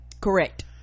correct